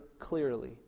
clearly